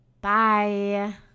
Bye